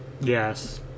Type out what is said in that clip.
Yes